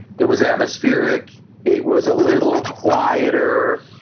it was atmospheric. it was a little quieter